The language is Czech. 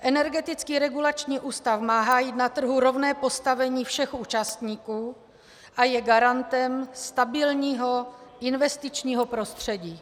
Energetický regulační úřad má hájit na trhu rovné postavení všech účastníků a je garantem stabilního investičního prostředí.